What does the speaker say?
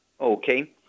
Okay